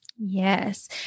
yes